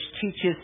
teaches